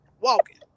walking